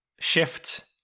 shift